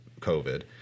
covid